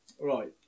Right